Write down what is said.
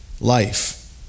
life